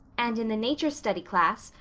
and in the nature study class,